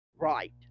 Right